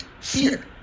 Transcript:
Fear